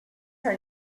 her